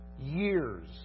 years